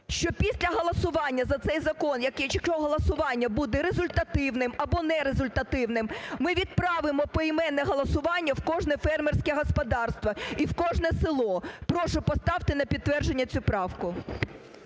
після голосування за цей закон, якщо голосування буде результативним або нерезультативним, ми відправимо поіменне голосування в кожне фермерське господарство і в кожне село. Прошу поставте на підтвердження цю правку.